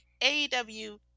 AEW